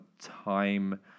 time